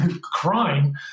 crime